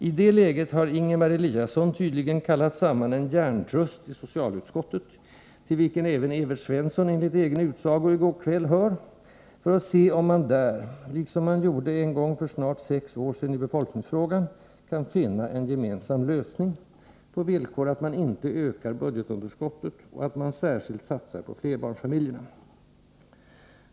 I det läget har Ingemar Eliasson tydligen kallat samman en hjärntrust i socialutskottet — till vilken även Evert Svensson enligt egen utsago i går kväll hör-— för att se om man där, liksom man gjorde en gång för snart sex år sedan i befolkningsfrågan, kan finna en gemensam lösning, på villkor att man inte ökar budgetunderskottet och att man särskilt satsar på flerbarnsfamiljerna.